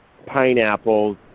Pineapples